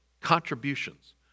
contributions